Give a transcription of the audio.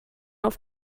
auf